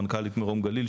מנכ"לית מרום גליל.